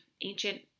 ancient